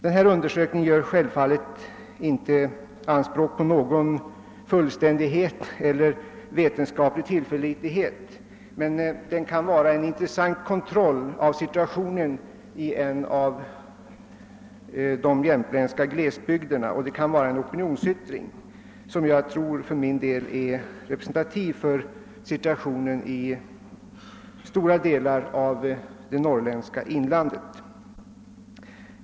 Denna undersökning gör självfallet inte anspråk på någon fullständighet eller vetenskaplig tillförlitlighet, men den kan vara en intressant kontroll av situationen i en av de jämtländska glesbygderna och en opinionsyttring som jag tror är representativ för situationen i stora delar av det norrländska inlandet.